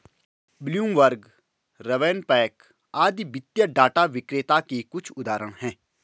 Bloomberg, RavenPack आदि वित्तीय data विक्रेता के कुछ उदाहरण हैं